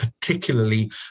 particularly